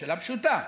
שאלה פשוטה.